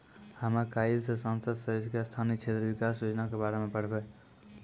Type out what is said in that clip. हमे काइल से संसद सदस्य के स्थानीय क्षेत्र विकास योजना के बारे मे पढ़बै